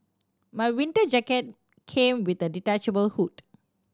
my winter jacket came with a detachable hood